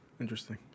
Interesting